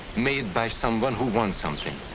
made by someone who wants something.